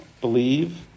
Believe